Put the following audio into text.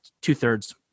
two-thirds